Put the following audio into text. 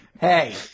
Hey